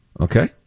Okay